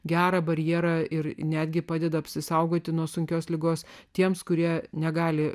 gerą barjerą ir netgi padeda apsisaugoti nuo sunkios ligos tiems kurie negali